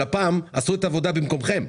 הממ"מ עשו את העבודה במקומכם.